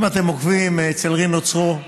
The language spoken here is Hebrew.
אם אתם עוקבים אצל רינו צרור,